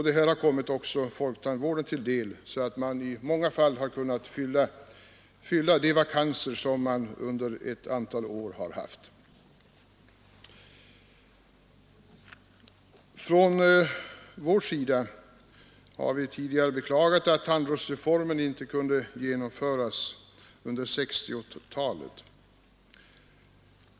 Detta har kommit också folktandvården till del så att man i många fall har kunnat fylla de vakanser som man under ett antal år har haft: Från vår sida har vi tidigare beklagat att tandvårdsreformen inte kunde genomföras under 1960-talet.